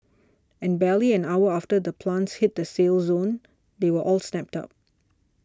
and barely an hour after the plants hit the sale zone they were all snapped up